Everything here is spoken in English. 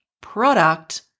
product